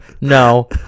No